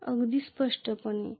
होय अगदी स्पष्टपणे